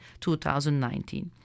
2019